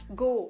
go